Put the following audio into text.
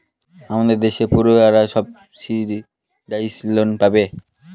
আমাদের দেশের পড়ুয়ারা সাবসিডাইস লোন পাবে